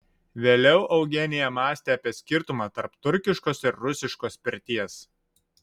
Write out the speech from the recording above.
vėliau eugenija mąstė apie skirtumą tarp turkiškos ir rusiškos pirties